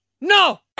No